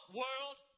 world